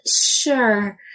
sure